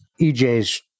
EJ's